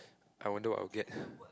I wonder I will get